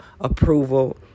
approval